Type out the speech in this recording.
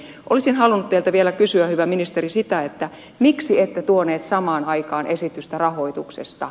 olisin halunnut teiltä vielä kysyä hyvä ministeri sitä miksi ette tuoneet samaan aikaan esitystä rahoituksesta